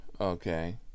okay